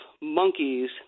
monkeys